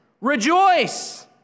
Rejoice